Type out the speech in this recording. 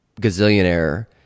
gazillionaire